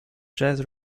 jazz